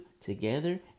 together